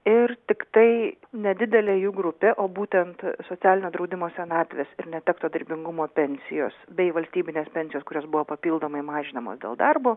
ir tiktai nedidelė jų grupė o būtent socialinio draudimo senatvės ir netekto darbingumo pensijos bei valstybinės pensijos kurios buvo papildomai mažinamos dėl darbo